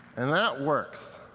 and that works.